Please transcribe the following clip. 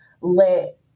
let